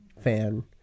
fan